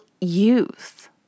youth